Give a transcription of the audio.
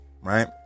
right